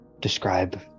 describe